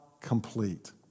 complete